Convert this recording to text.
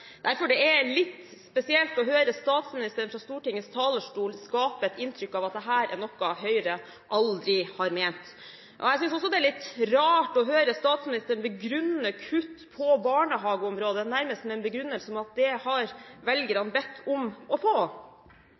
derfor det er litt spesielt å høre statsministeren fra Stortingets talerstol skape et inntrykk av at dette er noe Høyre aldri har ment. Jeg synes også det er litt rart å høre statsministeren begrunne kutt på barnehageområdet nærmest med at det har velgerne bedt om å få.